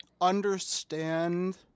understand